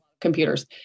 computers